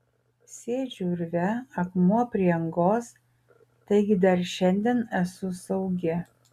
sėdžiu urve akmuo prie angos taigi dar šiandien esu saugi